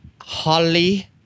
Holly